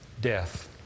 death